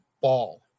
Ball